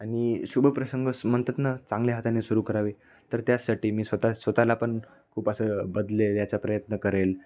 आणि शुभप्रसंग म्हणतात ना चांगल्या हाताने सुरू करावे तर त्यासाठी मी स्वतः स्वतःलापण खूप असं बदलेल याचा प्रयत्न करेल